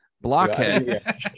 Blockhead